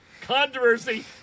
controversy